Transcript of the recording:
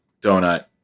donut